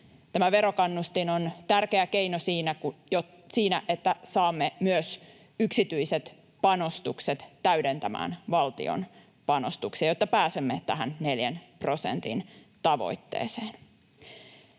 verokannustin on tärkeä keino siinä, että saamme myös yksityiset panostukset täydentämään valtion panostuksia, jotta pääsemme tähän neljän prosentin tavoitteeseen.